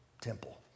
temple